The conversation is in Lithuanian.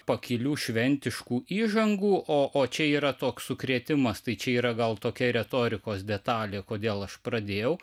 pakilių šventiškų įžangų o o čia yra toks sukrėtimas tai čia yra gal tokia retorikos detalė kodėl aš pradėjau